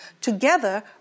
Together